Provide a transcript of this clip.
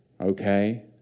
Okay